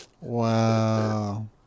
Wow